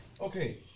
Okay